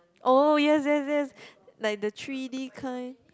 oh yes yes yes like the three-d kind